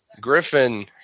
Griffin